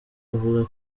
avuga